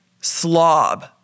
slob